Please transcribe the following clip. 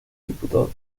diputados